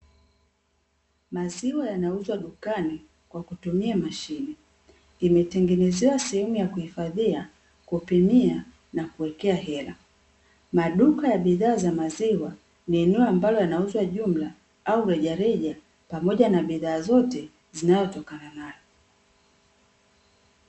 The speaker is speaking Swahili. Maziwa yanauzwa dukani kwa kutumia mashine, imetengenezewa sehemu yakuifadhia, kupimia na kuwekea hela. Maduka ya bidhaa za maziwa ni eneo ambalo yanauzwa jumla au rejareja pamoja na bidhaa zote zinazotokana nazo